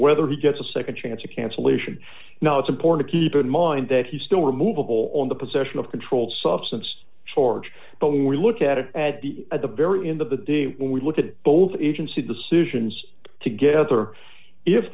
whether he gets a nd chance or cancellation now it's important to keep in mind that he's still removable on the possession of controlled substance charge but we look at it at the at the very end of the day when we look at both agency decisions together if